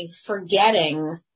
forgetting